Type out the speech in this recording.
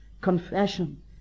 confession